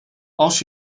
als